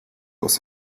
aus